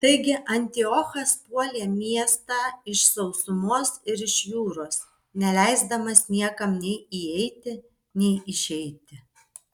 taigi antiochas puolė miestą iš sausumos ir iš jūros neleisdamas niekam nei įeiti nei išeiti